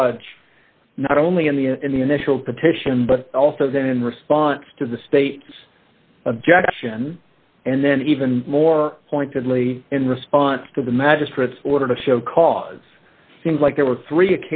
judge not only in the in the initial petition but also then in response to the state's objection and then even more pointedly in response to the magistrate's order to show cause seems like there were three